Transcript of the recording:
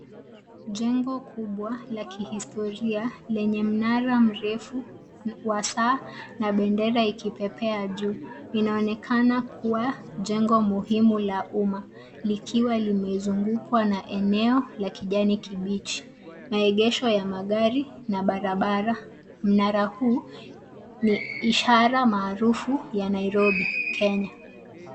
Jengo kubwa la kihistoria lenye mnara mrefu wa saa na bendera ikipepea juu. Inaonekana kuwa jengo muhimu la umma. Likiwa limezugukwa na eneo la kijani kibichi. Maegesho ya magari na barabara. Mnara huu ni ishara maalum ya Nairobi Kenya.